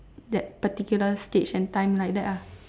that particular stage and time like that ah